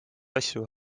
asju